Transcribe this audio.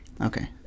Okay